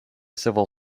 civil